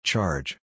Charge